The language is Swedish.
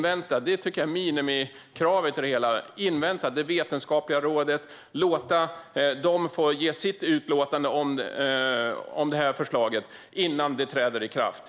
Varför inte invänta det vetenskapliga rådet och låta det få ge sitt utlåtande om förslaget innan det träder i kraft?